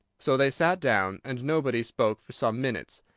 so they sat down, and nobody spoke for some minutes.